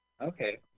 Okay